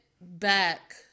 back